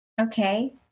okay